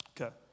Okay